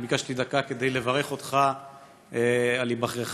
אני ביקשתי דקה כדי לברך אותך על היבחרך